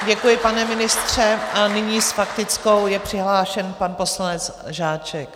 Děkuji, pane ministře, a nyní s faktickou je přihlášen pan poslanec Žáček.